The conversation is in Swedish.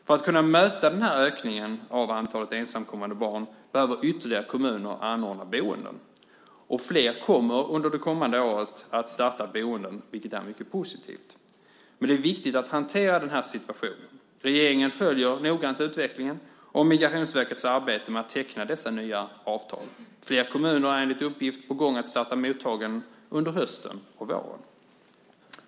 För att kunna möta den här ökningen av antalet ensamkommande barn behöver ytterligare kommuner anordna boenden. Flera kommer under det kommande året att starta boenden, vilket är mycket positivt. Det är viktigt att hantera den här situationen. Regeringen följer noggrant utvecklingen och Migrationsverkets arbete med att teckna dessa nya avtal. Flera kommuner är enligt uppgift på gång att starta mottaganden under hösten och våren. Fru talman!